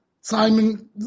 Simon